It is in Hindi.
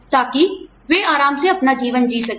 ताकि वे आराम से अपना जीवन जी सकें